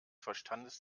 verstandes